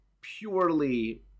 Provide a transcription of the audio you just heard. purely